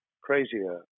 crazier